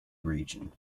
region